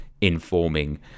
informing